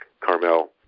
Carmel